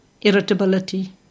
irritability